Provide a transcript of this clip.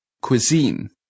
Cuisine